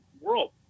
world